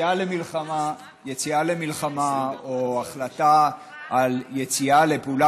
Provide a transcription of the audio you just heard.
יציאה למלחמה או החלטה על יציאה לפעולה